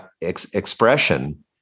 expression